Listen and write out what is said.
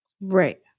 Right